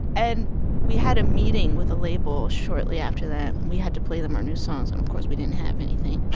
and we had a meeting with a label shortly after that. we had to play them our new songs. and of course, we didn't have anything